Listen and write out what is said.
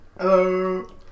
Hello